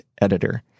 editor